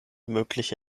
mögliche